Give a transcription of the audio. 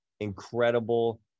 incredible